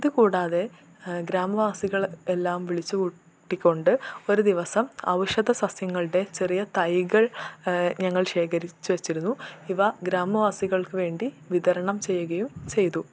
ഇത് കൂടാതെ ഗ്രാമവാസികൾ എല്ലാം വിളിച്ച് കൂട്ടിക്കൊണ്ട് ഒരു ദിവസം ഔഷധ സസ്യങ്ങളുടെ ചെറിയ തൈകൾ ഞങ്ങൾ ശേഖരിച്ചു വെച്ചിരുന്നു ഇവ ഗ്രാമവാസികൾക്കു വേണ്ടി വിതരണം ചെയ്യുകയും ചെയ്തു